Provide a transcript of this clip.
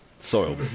Soiled